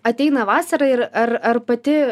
ateina vasara ir ar ar pati